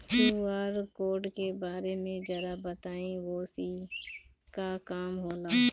QR code के बारे में जरा बताई वो से का काम होला?